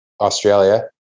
Australia